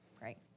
Great